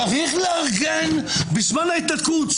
צריך לארגן בזמן ההתנתקות,